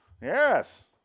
Yes